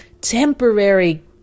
temporary